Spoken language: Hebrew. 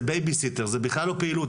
זה בייביסיטר, זה בכלל לא פעילות.